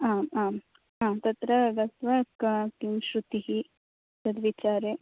आम् आम् आं तत्र गत्वा का का श्रुतिः तद्विचारे